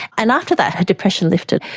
and after that her depression lifted.